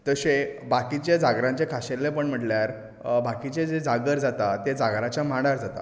तशें बाकीच्या जागरांचें खाशेंलेंपण म्हणल्यार बाकीचे जे जागर जाता तें जागराच्या माडांर जाता